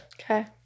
Okay